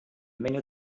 menge